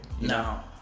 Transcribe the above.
No